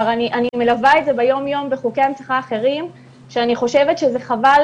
אני מלווה את זה ביום יום בחוקי הנצחה אחרים שאני חושבת שזה חבל